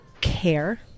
care